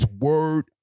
word